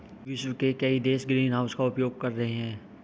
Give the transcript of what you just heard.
विश्व के कई देश ग्रीनहाउस का उपयोग कर रहे हैं